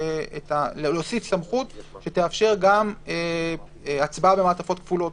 מוצע להוסיף סמכות שתאפשר גם הצבעה במעטפות כפולות.